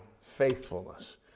faithfulness